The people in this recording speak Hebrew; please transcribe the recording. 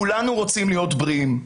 כולנו רוצים להיות בריאים.